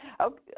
Okay